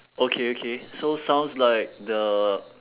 okay okay so sounds like the